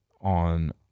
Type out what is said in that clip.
on